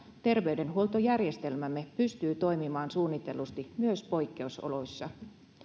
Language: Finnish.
terveydenhuoltojärjestelmämme pystyy toimimaan suunnitellusti myös poikkeusoloissa